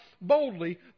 boldly